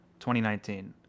2019